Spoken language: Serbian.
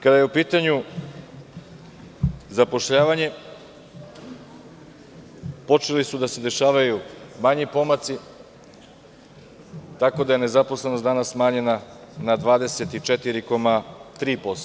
Kada je u pitanju zapošljavanje, počeli su da se dešavaju manji pomaci, tako da je nezaposlenost danas smanjena na 24,3%